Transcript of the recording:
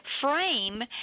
frame